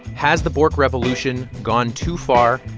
has the bork revolution gone too far?